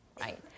right